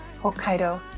Hokkaido